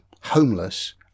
Homeless